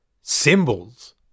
symbols